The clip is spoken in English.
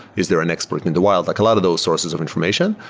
is there an expert in the wild? like a lot of those sources of information.